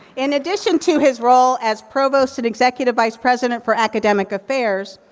in addition to his role as provost and executive vice president for academic affairs,